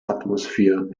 atmosphere